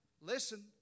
Listen